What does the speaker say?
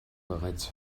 bereits